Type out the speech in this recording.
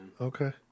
Okay